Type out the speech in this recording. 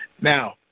Now